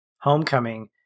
Homecoming